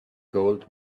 gold